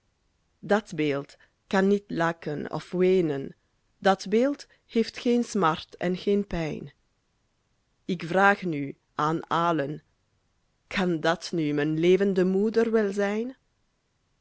dat beeld kan niet lachen of weenen dat beeld heeft geen smart en geen pijn ik vraag nu aan allen kan dat nu mijn levende moeder wel zijn